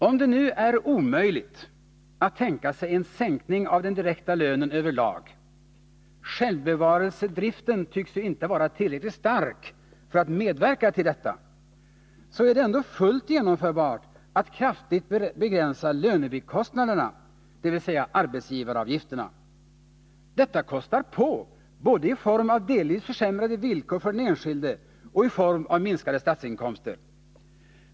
Om det nu är omöjligt att tänka sig en sänkning av den direkta lönen över lag — självbevarelsedriften tycks ju inte vara tillräckligt stark för att medverka till detta — så är det ändå fullt genomförbart att kraftigt begränsa lönebikostnaderna, dvs. arbetsgivaravgifterna. Detta kostar på både i form av delvis försämrade villkor för den enskilde och i form av minskade statsinkomster.